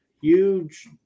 huge